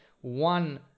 one